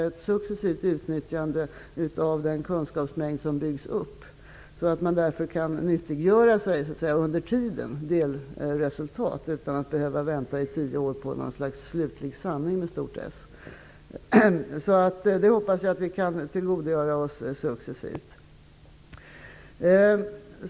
Ett successivt utnyttjande av den kunskapsmängd som byggs upp bör kunna ske, så att man kan nyttiggöra delresultat under tiden och inte behöver vänta i tio år på något slags slutlig Sanning. Jag hoppas att vi kan tillgodogöra oss resultaten successivt.